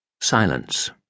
Silence